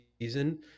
season